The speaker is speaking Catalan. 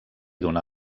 donà